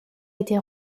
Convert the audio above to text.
été